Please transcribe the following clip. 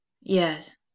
Yes